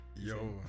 Yo